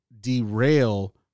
derail